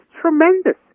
tremendous